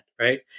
Right